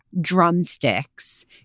drumsticks